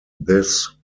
this